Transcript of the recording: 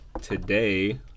today